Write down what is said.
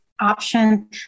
option